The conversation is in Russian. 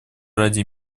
ради